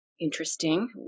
interesting